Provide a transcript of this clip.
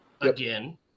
again